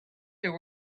there